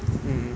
mm mm